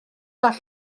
all